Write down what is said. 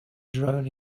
drone